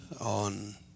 on